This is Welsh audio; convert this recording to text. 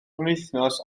penwythnos